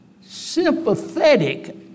sympathetic